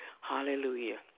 hallelujah